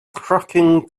cracking